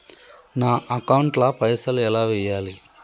నా అకౌంట్ ల పైసల్ ఎలా వేయాలి?